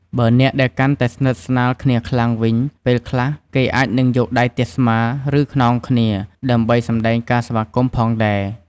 បើអ្នកដែលកាន់តែស្និទ្ធស្នាលគ្នាខ្លាំងវិញ ពេលខ្លះ គេអាចនឹងយកដៃទះស្មា ឬ ខ្នងគ្នា ដើម្បីសម្ដែងការស្វាគមន៍ផងដែរ។